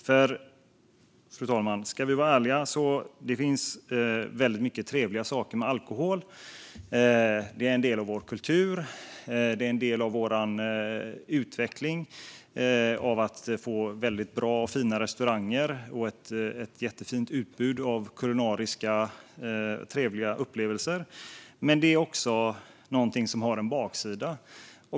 Fru talman! Om vi ska vara ärliga finns det väldigt många trevliga saker med alkohol. Det är en del av vår kultur. Det är en del av vår utveckling mot att få väldigt bra och fina restauranger och ett jättefint utbud av trevliga kulinariska upplevelser. Men det är också någonting som har en baksida.